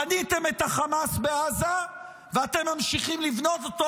בניתם את החמאס בעזה ואתם ממשיכים לבנות אותו,